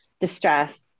distress